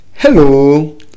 hello